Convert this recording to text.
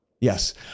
Yes